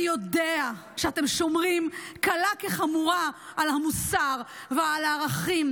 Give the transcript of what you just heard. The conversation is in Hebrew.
יודע שאתם שומרים קלה כחמורה על המוסר ועל הערכים,